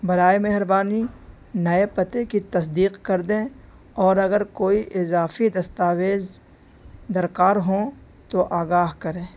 برائے مہربانی نئے پتے کی تصدیق کر دیں اور اگر کوئی اضافی دستاویز درکار ہوں تو آگاہ کریں